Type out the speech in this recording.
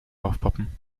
aufpoppen